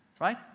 right